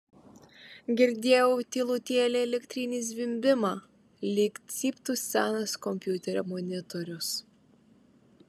girdėjau tylutėlį elektrinį zvimbimą lyg cyptų senas kompiuterio monitorius